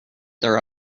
their